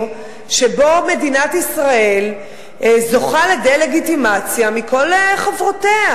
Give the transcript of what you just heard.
שבו מדינת ישראל זוכה לדה-לגיטימציה מכל חברותיה.